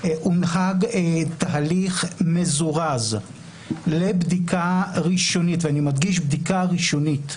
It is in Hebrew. הונהג תהליך מזורז לבדיקה ראשונית -- אני מדגיש שבדובר בבדיקה ראשונית.